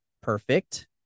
Perfect